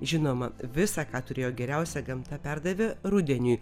žinoma visa ką turėjo geriausia gamta perdavė rudeniui